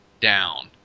down